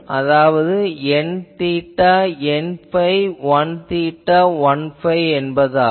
அதாவது n theta n phi l theta l phi என்பதாகும்